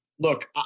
Look